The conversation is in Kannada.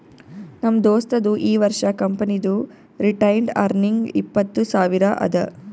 ನಮ್ ದೋಸ್ತದು ಈ ವರ್ಷ ಕಂಪನಿದು ರಿಟೈನ್ಡ್ ಅರ್ನಿಂಗ್ ಇಪ್ಪತ್ತು ಸಾವಿರ ಅದಾ